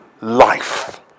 life